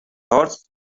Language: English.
horse